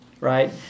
right